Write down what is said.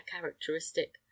characteristic